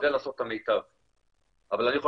אני משתדל לעשות את המיטב.